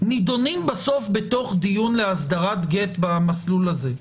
נידונים בסוף בתוך דיון להסדרת גט במסלול הזה.